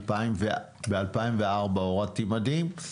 ב-2004 הורדתי מדים,